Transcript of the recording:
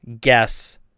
guess